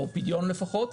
או לפחות פדיון.